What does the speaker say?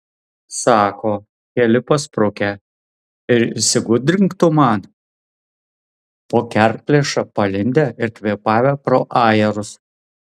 sako keli pasprukę ir išsigudrink tu man po kerplėša palindę ir kvėpavę pro ajerus